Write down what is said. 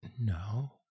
no